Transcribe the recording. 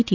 T